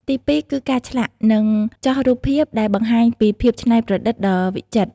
ទីពីរគឺការឆ្លាក់ និងចោះរូបភាពដែលបង្ហាញពី ភាពច្នៃប្រឌិតដ៏វិចិត្រ។